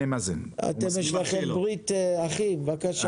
אוסאמה, בבקשה.